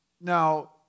now